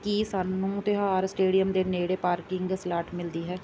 ਕੀ ਸਾਨੂੰ ਤਿਉਹਾਰ ਸਟੇਡੀਅਮ ਦੇ ਨੇੜੇ ਪਾਰਕਿੰਗ ਸਲਾਟ ਮਿਲਦੀ ਹੈ